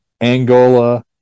angola